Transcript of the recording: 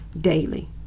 daily